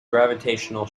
gravitational